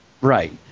Right